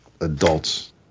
adults